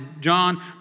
John